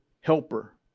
helper